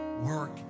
work